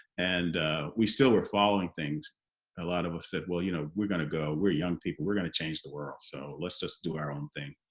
and we still were following things a lot of us said well you know we're going to go, we're young people, we're going to change the world so let's just do our own thing.